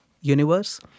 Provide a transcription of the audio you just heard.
universe